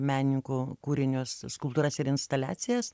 menininkų kūrinius skulptūras ir instaliacijas